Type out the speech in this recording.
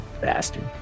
bastard